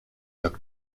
jak